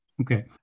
Okay